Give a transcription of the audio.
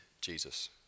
Jesus